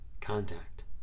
contact